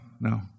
no